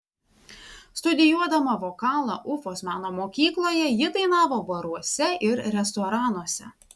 studijuodama vokalą ufos meno mokykloje ji dainavo baruose ir restoranuose